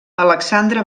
alexandre